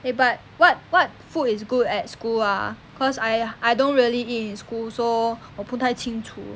eh but what what food is good at school ah cause I I don't really eat in school so 我不太清楚